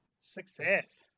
Success